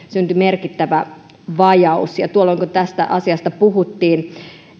syntyi merkittävä vajaus tuolloin kun tästä asiasta puhuttiin